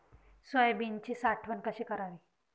सोयाबीनची साठवण कशी करावी?